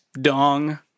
dong